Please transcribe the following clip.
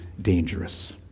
Dangerous